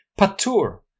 Patur